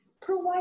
provide